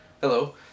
hello